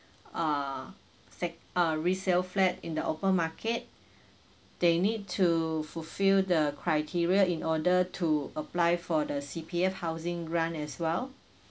ah sec~ ah resale flat in the open market they need to fulfill the criteria in order to apply for the C_P_F housing grant as well